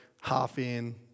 half-in